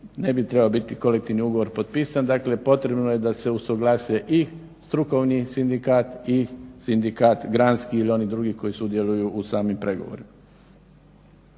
ne bi trebao biti kolektivni ugovor potpisan. Dakle, potrebno je da se usuglase i strukovni sindikat i sindikat granski ili oni drugi koji sudjeluju u samim pregovorima.